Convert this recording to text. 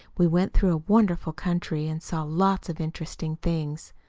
we went through a wonderful country, and saw lots of interesting things.